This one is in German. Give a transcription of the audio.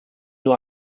nur